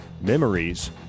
memories